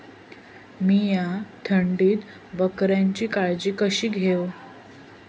मीया थंडीत बकऱ्यांची काळजी कशी घेव?